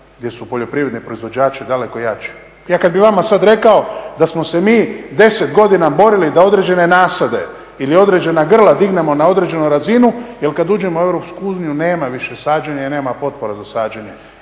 gdje su poljoprivredni proizvođači daleko jači. Ja kad bi vama sad rekao da smo se mi deset godina borili da određene nasade ili određena grla dignemo na određenu razinu, jer kad uđemo u EU nema više sađenja i nema potpora za sađenje